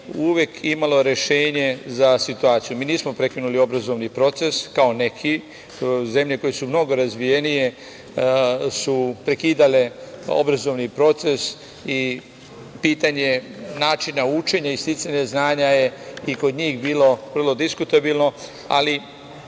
uvek imalo rešenje za situaciju. Mi nismo prekinuli obrazovni proces kao neki. Zemlje koje su mnogo razvijenije su prekidale obrazovni proces i pitanje načina učenja i sticanja znanja je i kod njih bilo vrlo diskutabilno, ali